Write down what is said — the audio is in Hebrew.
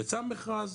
יצא מכרז,